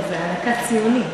זו הענקת ציונים.